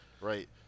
right